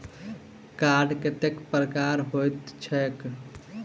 Card कतेक प्रकारक होइत छैक?